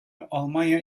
almanya